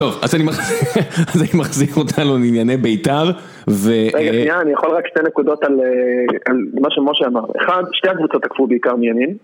טוב, אז אני מחזיק אותה לענייני ביתר ו... רגע, רגע, רגע, אני יכול רק שתי נקודות על מה שמשה אמר שתי הקבוצות עקפו בעיקר מימין